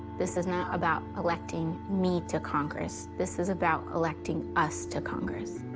this is not about electing me to congress, this is about electing us to congress.